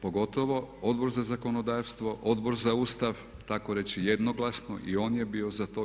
pogotovo Odbor za zakonodavstvo, Odbor za Ustav tako reći jednoglasno i on je bio za to.